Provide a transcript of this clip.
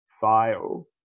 file